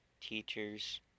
teachers